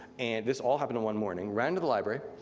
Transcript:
and this all happened one morning. ran to the library,